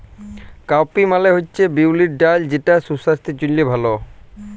cowpea মালে হছে বিউলির ডাল যেট সুসাস্থের জ্যনহে ভাল